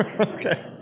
Okay